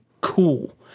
cool